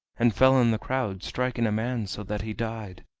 and fell in the crowd, striking a man so that he died.